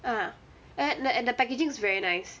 uh and then and the packaging is very nice